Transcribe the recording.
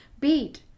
beat